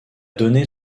donné